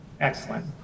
excellent